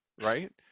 right